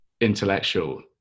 intellectual